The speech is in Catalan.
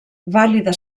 vàlida